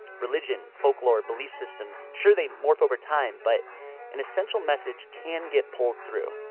religion, folklore, belief systems. sure they morph over time, but an essential message can get pulled through.